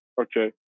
okay